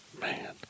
Man